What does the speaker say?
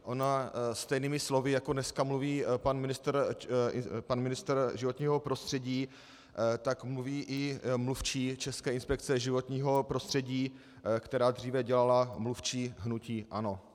Ona stejnými slovy, jako dneska mluví pan ministr životního prostředí, tak mluví i mluvčí České inspekce životního prostředí, která dříve dělala mluvčí hnutí ANO.